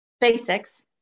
basics